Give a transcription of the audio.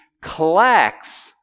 collects